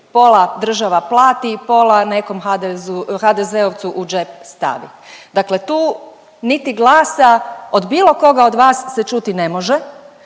pola država plati, pola nekom HDZ-ovcu u džep stavi, dakle tu niti glasa od bilo koga od vas se čuti ne može,